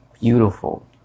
Beautiful